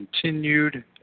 continued